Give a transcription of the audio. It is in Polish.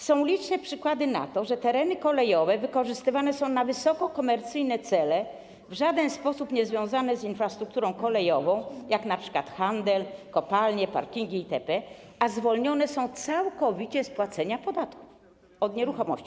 Są liczne przykłady na to, że tereny kolejowe wykorzystywane są w wysoko komercyjnych celach, w żaden sposób niezwiązanych z infrastrukturą kolejową, jak np. handel, kopalnie, parkingi itd., a zwolnione są całkowicie z płacenia podatku od nieruchomości.